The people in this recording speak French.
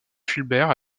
fulbert